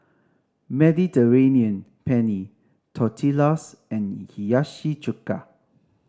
Mediterranean Penne Tortillas and Hiyashi Chuka